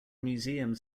museums